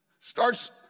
Starts